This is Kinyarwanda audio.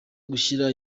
gushyira